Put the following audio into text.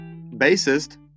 bassist